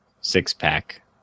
six-pack